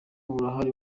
burahari